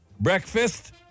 breakfast